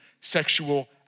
sexual